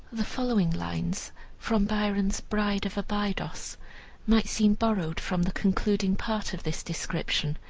the following lines from byron's bride of abydos might seem borrowed from the concluding part of this description,